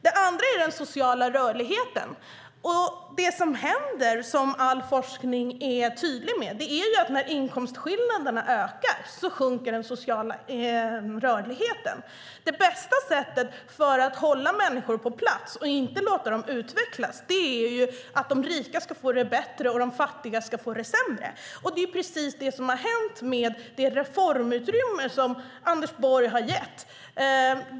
Det andra är den sociala rörligheten. Det som händer, som all forskning är tydlig med, är att den sociala rörligheten sjunker när inkomstskillnaderna ökar. Det bästa sättet att hålla människor på plats och inte låta dem utvecklas är att låta de rika få det bättre och de fattiga få det sämre. Det är precis det som har hänt med det reformutrymme som Anders Borg har gett.